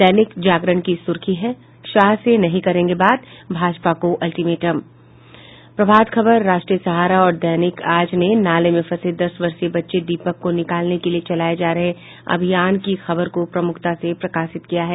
दैनिक जागरण की सुर्खी है शाह से नहीं करेंगे बात भाजपा को अल्टीमेटम प्रभात खबर राष्ट्रीय सहारा और दैनिक आज ने नाले में फंसे दस वर्षीय बच्चे दीपक को निकालने के लिये चलाये जा रहे अभियान की खबर को प्रमुखता से प्रकाशित किया है